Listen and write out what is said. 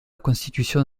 constitution